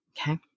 okay